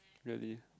really